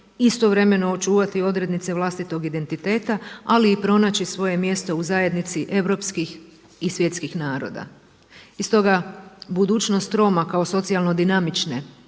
istovremeno očuvati odrednice vlastitog identiteta, ali i pronaći svoje mjesto u zajednici europskih i svjetskih naroda. I stoga budućnost Roma kao socijalno dinamične